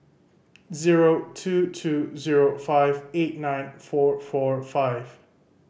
zero two two zero five eight nine four four five